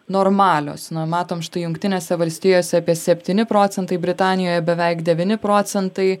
normalios na matom štai jungtinėse valstijose apie septyni procentai britanijoje beveik devyni procentai